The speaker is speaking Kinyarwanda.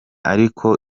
ariko